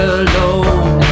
alone